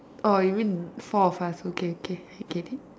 orh you mean four of us okay okay I get it